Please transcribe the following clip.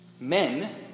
Men